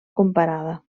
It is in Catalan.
comparada